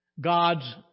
God's